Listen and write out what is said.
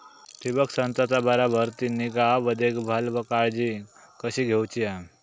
ठिबक संचाचा बराबर ती निगा व देखभाल व काळजी कशी घेऊची हा?